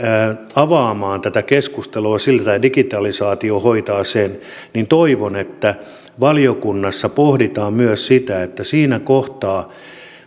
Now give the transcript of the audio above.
avaamaan tätä keskustelua sillä että digitalisaatio hoitaa sen niin toivon että valiokunnassa pohditaan myös sitä että siinä kohtaa